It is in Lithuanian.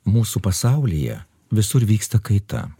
mūsų pasaulyje visur vyksta kaita